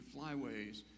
flyways